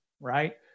right